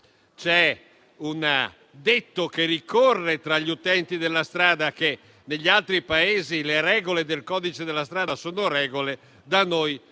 C'è un detto che ricorre tra gli utenti della strada: negli altri Paesi le regole del codice della strada sono regole, da noi